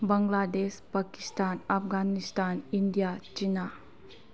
Bangladesh Pakistan Afghanistan India China